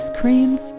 creams